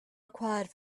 required